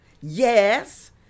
Yes